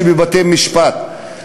שבבתי-משפט,